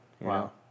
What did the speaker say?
Wow